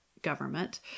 government